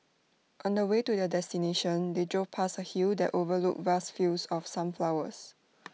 on the way to their destination they drove past A hill that overlooked vast fields of sunflowers